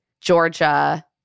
Georgia